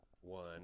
one